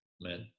men